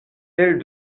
elle